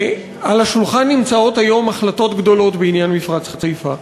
על השולחן נמצאות היום החלטות גדולות בעניין מפרץ חיפה: